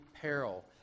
peril